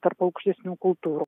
tarp aukštesnių kultūrų